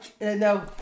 no